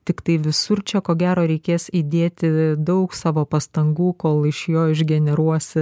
tiktai visur čia ko gero reikės įdėti daug savo pastangų kol iš jo išgeneruos